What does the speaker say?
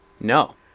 No